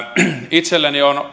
itselleni